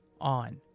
on